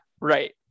right